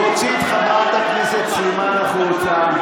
להוציא את חברת הכנסת סלימאן החוצה.